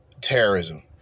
terrorism